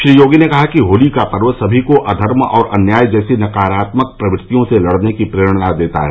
श्री योगी ने कहा कि होली का पर्व सभी को अघर्म और अन्याय जैसी नकारात्मक प्रवृत्तियों से लड़ने की प्रेरणा देता है